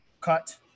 cut